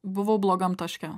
buvau blogam taške